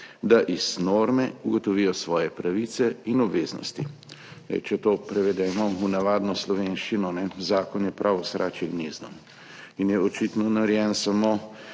da iz norme ugotovijo svoje pravice in obveznosti.« Če to prevedemo v navadno slovenščino – zakon je pravo sračje gnezdo in je očitno narejen samo